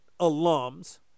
alums